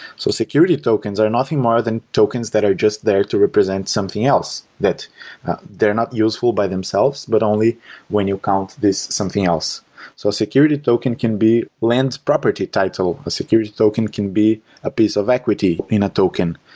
so security tokens are nothing more than tokens that are just there to represent something else, that they're not useful by themselves, but only when you count this something else. so a security token can be land property title, a security token can be a piece of equity in a token,